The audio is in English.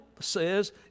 says